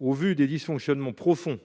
Au vu des dysfonctionnements profonds